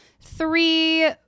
three